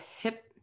hip